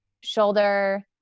shoulder